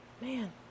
Man